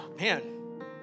Man